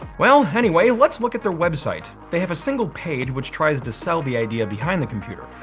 well, anyway, let's look at their website. they have a single page which tries to sell the idea behind the computer.